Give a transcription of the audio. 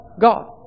God